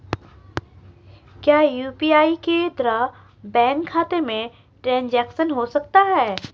क्या यू.पी.आई के द्वारा बैंक खाते में ट्रैन्ज़ैक्शन हो सकता है?